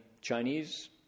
Chinese